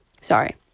sorry